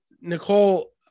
Nicole